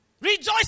Rejoice